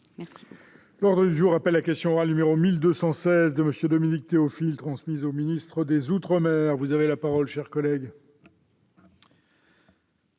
Merci